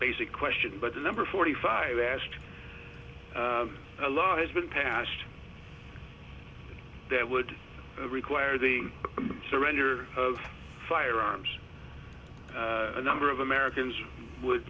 basic question but the number forty five asked a lot has been passed that would require the surrender of firearms a number of americans would